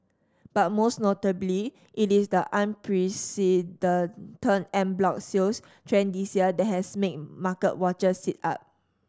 but most notably it is the unprecedented en bloc sales trend this year that has made market watchers sit up